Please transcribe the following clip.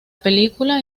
película